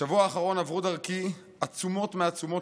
בשבוע האחרון עברו דרכי עצומות מעצומות